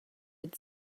had